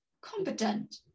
competent